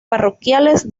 parroquiales